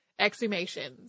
exhumations